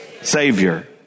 savior